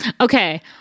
okay